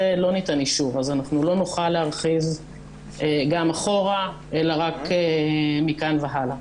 לא ניתן אישור אז אנחנו לא נוכל להרחיב גם אחורה אלא רק מכאן והלאה.